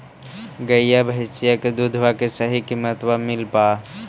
गईया भैसिया के दूधबा के सही किमतबा मिल पा?